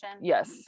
Yes